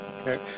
Okay